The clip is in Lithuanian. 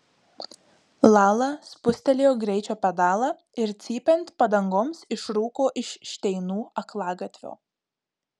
lala spustelėjo greičio pedalą ir cypiant padangoms išrūko iš šteinų aklagatvio